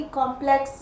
complex